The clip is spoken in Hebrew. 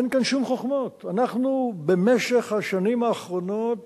אין כאן שום חוכמות, אנחנו במשך השנים האחרונות